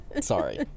sorry